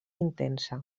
intensa